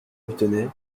obtenaient